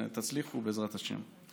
שתצליחו, בעזרת השם.